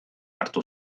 hartu